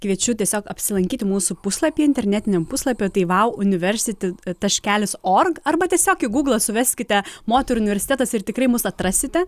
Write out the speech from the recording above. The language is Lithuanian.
kviečiu tiesiog apsilankyti mūsų puslapy internetiniam puslapy tai wow university taškelis org arba tiesiog į gūglą suveskite moterų universitetas ir tikrai mus atrasite